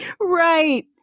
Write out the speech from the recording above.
Right